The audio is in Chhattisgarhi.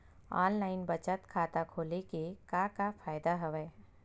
ऑनलाइन बचत खाता खोले के का का फ़ायदा हवय